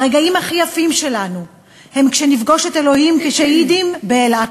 הרגעים הכי יפים שלנו הם כשנפגוש את אלוהים כשהידים באל-אקצא.